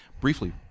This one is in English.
briefly